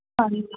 ਹਾਂਜੀ